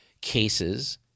cases